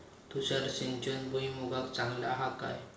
तुषार सिंचन भुईमुगाक चांगला हा काय?